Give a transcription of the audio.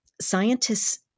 scientists